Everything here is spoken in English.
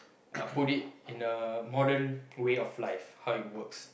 uh put it in a modern way of life how it works